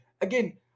Again